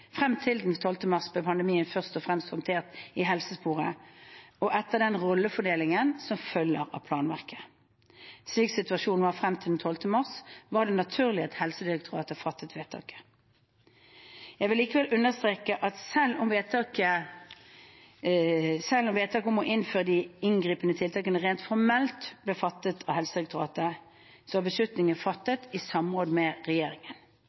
helsesporet og etter den rollefordelingen som følger av planverket. Slik situasjonen var frem til den 12. mars, var det naturlig at Helsedirektoratet fattet vedtaket. Jeg vil likevel understreke at selv om vedtaket om å innføre de inngripende tiltakene rent formelt ble fattet av Helsedirektoratet, så var beslutningen fattet i samråd med regjeringen.